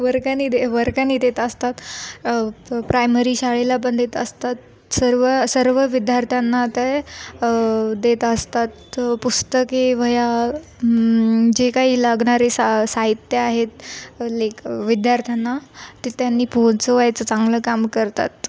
वर्गणी दे वर्गाणी देत असतात प प्रायमरी शाळेला पण देत असतात सर्व सर्व विद्यार्थ्यांना ते देत असतात पुस्तके वह्या जे काही लागणारे सा साहित्य आहेत लेख विद्यार्थ्यांना ते त्यांनी पोहोचवायचं चांगलं काम करतात